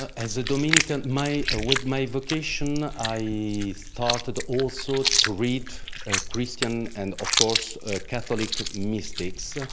as a dominican my with my vocation, i started also to read ah christian and of course ah catholic mystics. ah